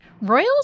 Royals